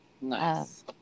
Nice